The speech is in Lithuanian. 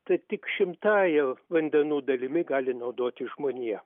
tai tik šimtąja vandenų dalimi gali naudotis žmonija